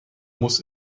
muss